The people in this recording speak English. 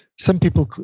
some people,